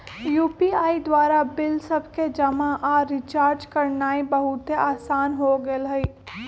UPI द्वारा bill सभके जमा आऽ रिचार्ज करनाइ बहुते असान हो गेल हइ